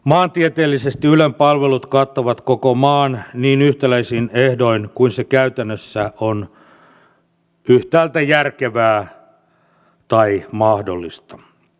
maantieteellisesti ylen palvelut kattavat koko maan niin yhtäläisin ehdoin kuin se käytännössä on yhtäältä järkevää tai mahdollista